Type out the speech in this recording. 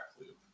loop